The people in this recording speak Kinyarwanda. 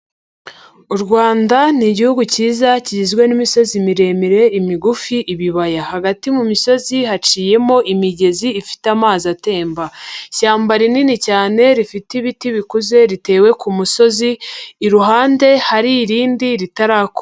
U Rwanda ni Igihugu kiza kigizwe n'imisozi miremire, imigufi, ibibaya, hagati mu misozi haciyemo imigezi ifite amazi atemba ishyamba rinini cyane rifite ibiti bikuze ritewe ku musozi, iruhande hari irindi ritarakura.